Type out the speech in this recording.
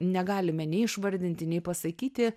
negalime nei išvardinti nei pasakyti